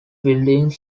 building